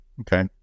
Okay